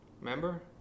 remember